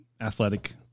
athletic